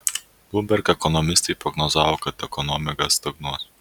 bloomberg ekonomistai prognozavo kad ekonomika stagnuos